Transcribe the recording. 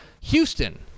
Houston